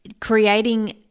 creating